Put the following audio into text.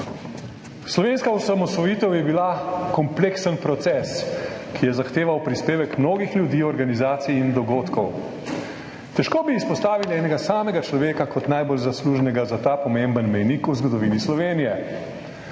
Slovenska osamosvojitev je bila kompleksen proces, ki je zahteval prispevek mnogih ljudi, organizacij in dogodkov. Težko bi izpostavili enega samega človeka kot najbolj zaslužnega za ta pomembni mejnik v zgodovini Slovenije,